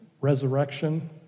resurrection